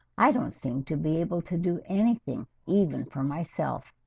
i don't seem to be able to do anything even for myself?